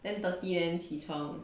ten thirty then 起床